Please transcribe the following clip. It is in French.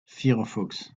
firefox